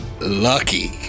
lucky